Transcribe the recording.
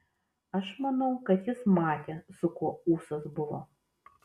aš manau kad jis matė su kuo ūsas buvo